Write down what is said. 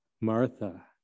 Martha